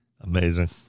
Amazing